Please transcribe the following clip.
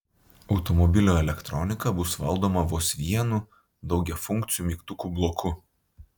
automobilio elektronika bus valdoma vos vienu daugiafunkciu mygtukų bloku